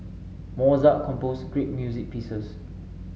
Mozart composed great music pieces